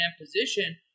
position